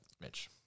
Mitch